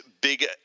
big